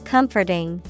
Comforting